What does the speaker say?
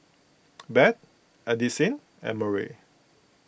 Bette Addisyn and Murry